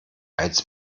als